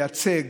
לייצג,